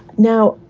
now,